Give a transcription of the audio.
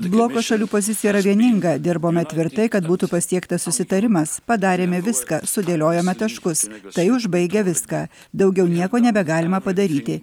bloko šalių pozicija yra vieninga dirbome tvirtai kad būtų pasiektas susitarimas padarėme viską sudėliojome taškus tai užbaigia viską daugiau nieko nebegalima padaryti